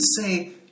say